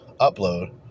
upload